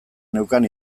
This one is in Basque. neukan